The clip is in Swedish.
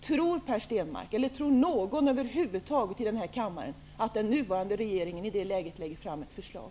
Tror Per Stenmarck, eller över huvud taget någon i denna kammare, att den nuvarande regeringen i det läget lägger fram ett förslag?